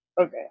Okay